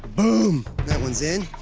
boom. that one's in.